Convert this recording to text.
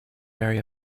very